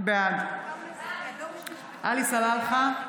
בעד עלי סלאלחה,